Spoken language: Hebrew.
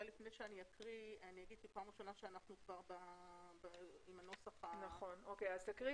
לפני שאקריא אגיד שאנחנו פעם ראשונה עם הנוסח הזה.